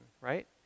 right